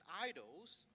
idols